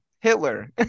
Hitler